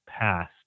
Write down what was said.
past